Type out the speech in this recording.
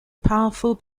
powerful